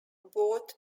both